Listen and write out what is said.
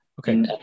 Okay